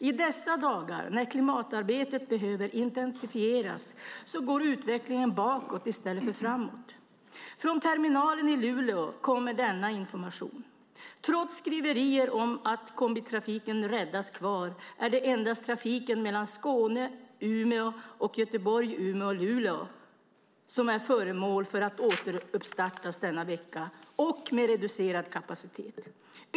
I dessa dagar när klimatarbetet behöver intensifieras går utvecklingen bakåt i stället för framåt. Från terminalen i Luleå kommer denna information: Trots skriverier om att kombitrafiken räddas kvar är det endast trafiken Skåne-Umeå och Göteborg-Umeå-Luleå som är föremål för att återuppstartas denna vecka, med reducerad kapacitet.